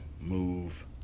move